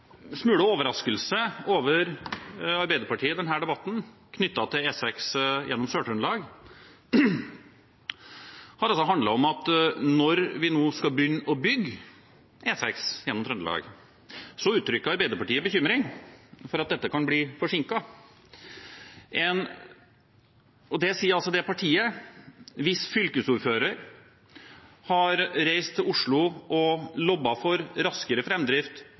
smule overrasket over Arbeiderpartiet i denne debatten knyttet til E6 gjennom Sør-Trøndelag. Når vi nå skal begynne å bygge E6 gjennom Trøndelag, uttrykker Arbeiderpartiet bekymring for at dette kan bli forsinket. Det sier altså partiet hvis fylkesordfører har reist til Oslo og lobbet for raskere